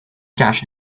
cash